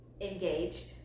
engaged